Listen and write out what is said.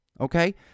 Okay